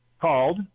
called